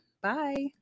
Bye